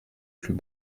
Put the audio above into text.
plus